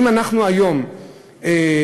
אם אנחנו היום שומעים,